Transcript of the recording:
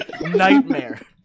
Nightmare